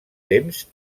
temps